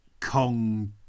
Kong